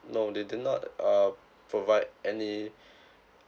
no they did not uh provide any